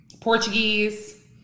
Portuguese